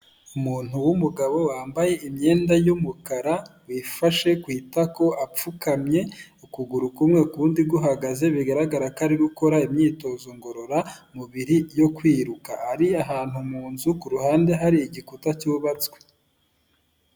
Umuntu w' umugabo wambaye imyenda y' umukara wifashe kw'itako apfukamye ukuguru kumwe ukundi guhagaze bigaragara ko ari gukora imyitozo ngororamubiri yo kwiruka ari ahantu munzu kuruhande hari igikuta cyubatswe .